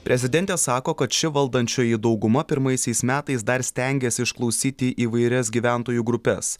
prezidentė sako kad ši valdančioji dauguma pirmaisiais metais dar stengėsi išklausyti įvairias gyventojų grupes